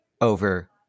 over